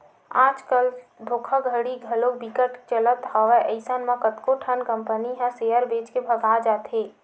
आज कल धोखाघड़ी घलो बिकट के चलत हवय अइसन म कतको ठन कंपनी ह सेयर बेच के भगा जाथे